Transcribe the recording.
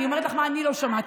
אני אומרת לך מה אני לא שמעתי,